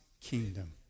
kingdom